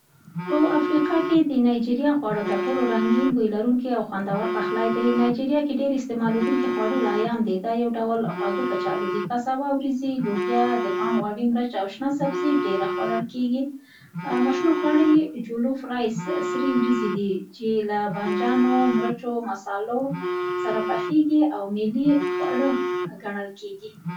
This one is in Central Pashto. په افریقا کې د نایجیریا پخلی تر ټولو رنګین، بوی لرونکی او خوندور پخلی ده. نایجیریا کې ډېر استعمالېدونکي خواړه لایام دي. دا یو ډوله خواږه کچالو دي، کاساوا، وریځې، لوبیا، د پام غوړي، مرچ او شنه سبزي ډېره خوړل کېږي. مشهور خواړه یې جولوف رائس، سرې وریځې دي، چي له بانجانو، مرچو او مصالو سره پخېږي او ملي خواړه ګڼل کېږي.